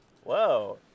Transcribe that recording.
Whoa